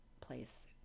place